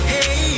Hey